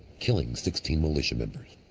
killing sixteen militia members.